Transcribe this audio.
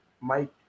Mike